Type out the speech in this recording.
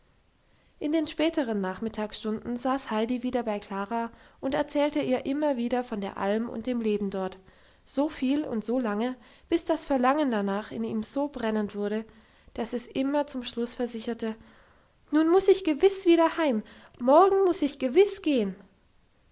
in den späteren nachmittagsstunden saß heidi wieder bei klara und erzählte ihr immer wieder von der alm und dem leben dort so viel und so lange bis das verlangen darnach in ihm so brennend wurde dass es immer zum schluss versicherte nun muss ich gewiss wieder heim morgen muss ich gewiss gehen